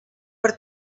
per